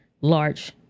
large